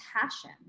passion